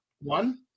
One